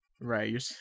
Right